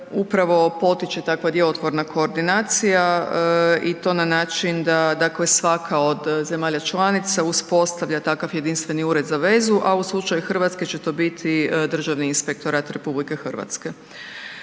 upravo potiče takva djelotvorna koordinacija i to na način da svaka od zemalja članica uspostavlja takav jedinstveni ured za vezu, a u slučaju Hrvatske će to biti Državni inspektorat RH. Određuju se